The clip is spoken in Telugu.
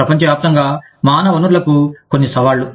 ప్రపంచవ్యాప్తంగా మానవ వనరులకు కొన్ని సవాళ్లు